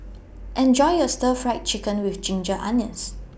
Enjoy your Stir Fry Chicken with Ginger Onions